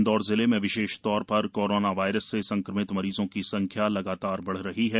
इंदौर जिले में विशेष तौर प्रर कोरोना वायरस से संक्रमित मरीजों की संख्या लगातार बढ़ रही है